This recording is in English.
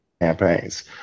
campaigns